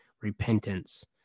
repentance